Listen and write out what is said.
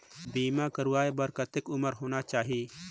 बीमा करवाय बार कतेक उम्र होना चाही?